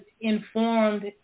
informed